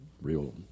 real